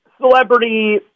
celebrity